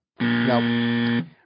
Nope